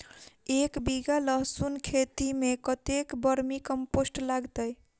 एक बीघा लहसून खेती मे कतेक बर्मी कम्पोस्ट लागतै?